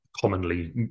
commonly